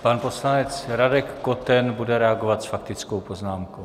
Pan poslanec Radek Koten bude reagovat s faktickou poznámkou.